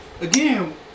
again